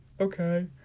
okay